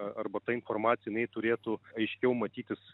arba informacija jinai turėtų aiškiau matytis